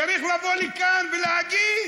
צריך לבוא לכאן ולהגיד.